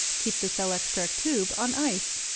keep the cell extract tube on ice.